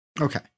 Okay